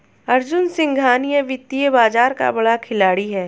अर्जुन सिंघानिया वित्तीय बाजार का बड़ा खिलाड़ी है